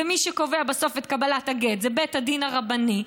ומי שקובע בסוף את קבלת הגט זה בית הדין הרבני,